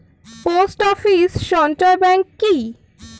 Post office সঞ্চয় bank কি?